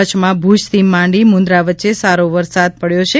કચ્છમાં ભુજથી માંડી મુદ્રા વચ્ચે સારો વરસાદ પડ્યો છે